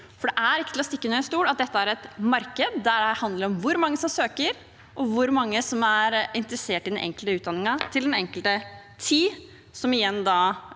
Det er ikke til å stikke under stol at dette er et marked der det handler om hvor mange som søker, og hvor mange som er interessert i den enkelte utdanningen til enhver tid, som igjen